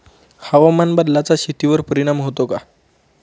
हवामान बदलाचा शेतीवर परिणाम होतो का?